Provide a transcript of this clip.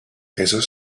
quesos